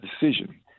decision